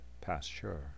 pasture